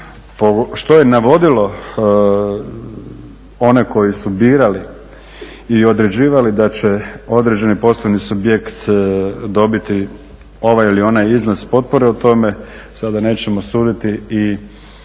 što je navodilo one koji su birali i određivali da će određeni poslovni subjekt dobiti ovaj ili onaj iznos potpore, o tome sada nećemo suditi i